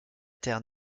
terre